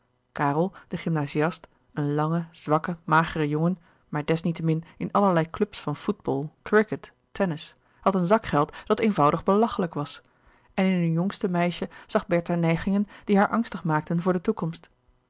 karel de gymnaziast een lange zwakke magere jongen maar desniettemin in allerlei clubs van football cricket tennis had een zakgeld dat eenvoudig belachelijk was en in hun jongste meisje zag bertha neigingen die haar angstig maakten voor de toekomst